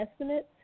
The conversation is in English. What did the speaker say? estimates